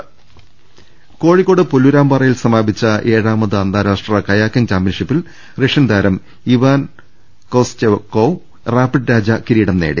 ദർശ്ശിക്കു കോഴിക്കോട് പുല്ലൂരാംപാറയിൽ സമാപിച്ച ഏഴാമത് അന്താരാഷ്ട്ര കയാ ക്കിംഗ് ചാമ്പ്യൻഷിപ്പിൽ റഷ്യൻ താരം ഇവാൻ കൊസ്ചെക്കോവ് റാപ്പിഡ് രാജ കിരീടം നേടി